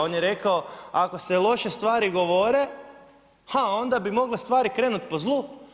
On je rekao ako se loše stvari govore, a onda bi mogle stvari krenuti po zlu.